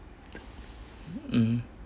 mm